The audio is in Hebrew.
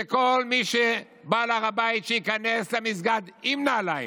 שכל מי שבא להר הבית, שייכנס למסגד עם נעליים,